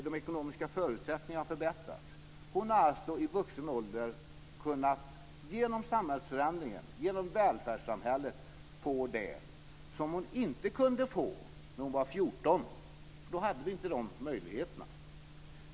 De ekonomiska förutsättningarna har förbättrats. Hon har alltså i vuxen ålder genom samhällsförändringen, genom välfärdssamhället, kunnat få det som hon inte kunde få när hon var 14. Då hade vi inte de möjligheterna.